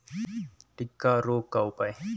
टिक्का रोग का उपाय?